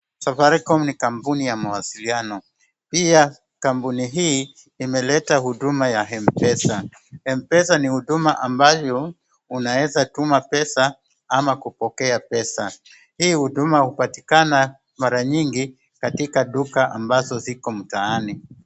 Safaricom ni kampuni ya mawasiliano. Pia kampuni hii imeleta huduma za M pesa . Ni huduma ambayo unaeza tuma pesa au kupokea pesa. Hii huduma hupatikana mara nyingi katika duka ziko mtaani.